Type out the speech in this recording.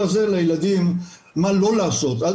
עם